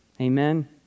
Amen